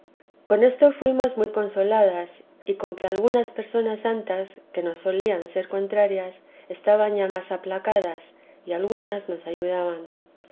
con esto fuimos muy consoladas y con que algunas personas santas que nos solían ser contrarias estaban ya más aplacadas y algunas nos ayudaban